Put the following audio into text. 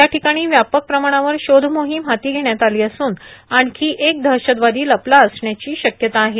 या ठिकाणी व्यापक प्रमाणावर शोध मोहिम हाती घेण्यात आली असून आणखी एक दहशतवादी लपला असण्याची शक्यता आहे